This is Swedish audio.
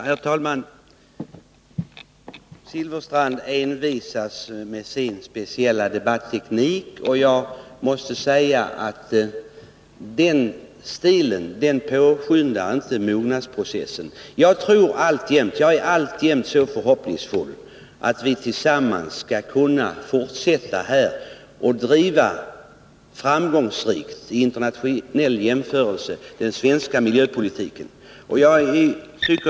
Herr talman! Bengt Silfverstrand envisas med sin speciella debatteknik. Jag måste säga att den stilen inte påskyndar mognadsprocessen. Jag hyser alltjämt förhoppningar om att vi tillsammans skall kunna fortsätta och driva den svenska miljöpolitiken framgångsrikt, internationellt sett.